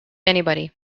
anybody